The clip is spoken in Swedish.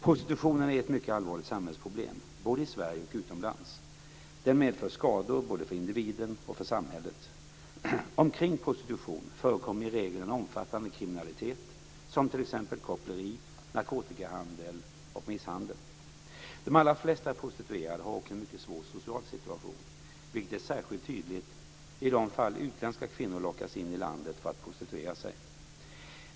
Prostitutionen är ett mycket allvarligt samhällsproblem, både i Sverige och utomlands. Den medför skador både för individen och för samhället. Omkring prostitution förekommer i regel en omfattande kriminalitet, t.ex. koppleri, narkotikahandel och misshandel. De allra flesta prostituerade har också en mycket svår social situation, vilket är särskilt tydligt i de fall utländska kvinnor lockas in i landet för att prostituera sig.